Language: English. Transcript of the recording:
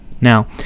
now